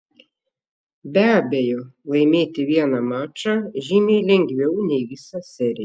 be abejo laimėti vieną mačą žymiai lengviau nei visą seriją